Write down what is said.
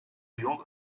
yol